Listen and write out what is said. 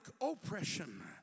oppression